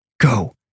Go